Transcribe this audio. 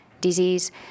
disease